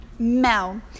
Mel